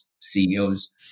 CEOs